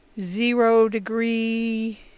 zero-degree